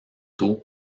tôt